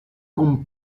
con